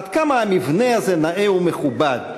עד כמה המבנה הזה נאה ומכובד.